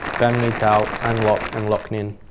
ban me thuot, an loc and loch ninh.